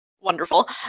wonderful